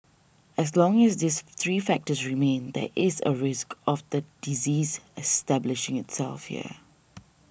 as long as these three factors remain that is a risk of the disease establishing itself here